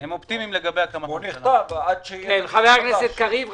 --- הם אופטימיים לגבי --- חבר הכנסת קריב,